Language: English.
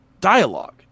dialogue